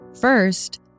First